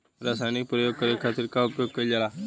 रसायनिक प्रयोग करे खातिर का उपयोग कईल जाइ?